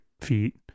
feet